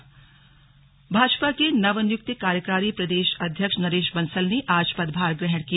press वार्ता भाजपा के नवनियुक्त कार्यकारी प्रदेश अध्यक्ष नरेश बंसल ने आज पदभार ग्रहण किया